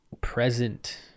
present